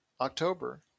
October